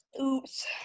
Oops